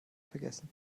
vergessen